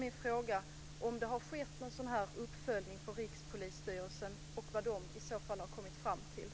Har det skett någon uppföljning från Rikspolisstyrelsens sida, och vad har man i så fall kommit fram till?